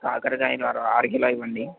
కాకరకాయలు ఓ అర కిలో ఇవ్వండి